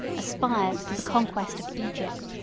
aspired to the conquest of egypt.